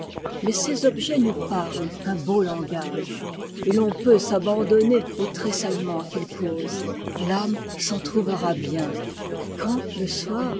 mais ces objets nous parlent un beau langage et t'en peut s'abandonner au tressaillement qu'ils causent l'âme s'en trouvera bien quand le soir